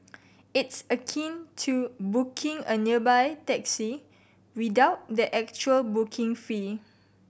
it's akin to booking a nearby taxi without the actual booking fee